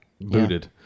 booted